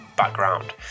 background